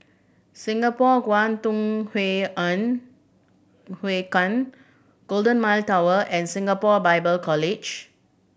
Singapore Kwangtung Hui En Hui Kuan Golden Mile Tower and Singapore Bible College